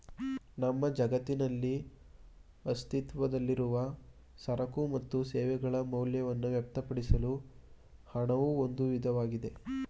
ನಮ್ಮ ಜಗತ್ತಿನಲ್ಲಿ ಅಸ್ತಿತ್ವದಲ್ಲಿರುವ ಸರಕು ಮತ್ತು ಸೇವೆಗಳ ಮೌಲ್ಯವನ್ನ ವ್ಯಕ್ತಪಡಿಸಲು ಹಣವು ಒಂದು ವಿಧಾನವಾಗಿದೆ